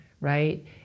right